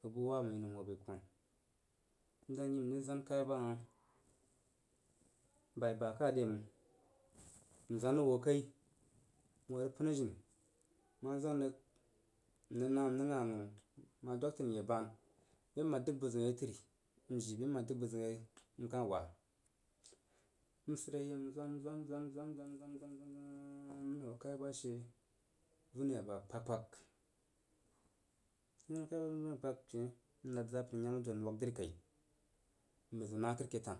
bəg bu wa məi nəm n hoo bəi kon. N dan nyi n rəg zwan kaya ba hah, bai ba ka re məng. N zwan rəg hoo kai ni hoo rəg pən a jini m ma zwan rəg, n rəg na n rəg gahn awunu, m ma dwag təri n ye ban be m ma dəng bəzəun ye təri nye jii bə mme dəng bəzəunyei n kah waa n sid re yei n zon zon zon zon hoo kaya ba she vunri aba kpag kpag, n zon hoo kaya vun aba kpag she n nad zapər yem adod n wag dri kai n bəi zəu na kəd ke tan.